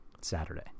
Saturday